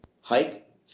hike